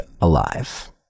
ALIVE